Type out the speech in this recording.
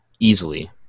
easily